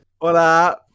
Hola